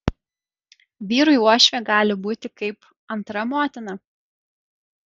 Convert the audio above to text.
vyrui uošvė gali būti kaip antra motina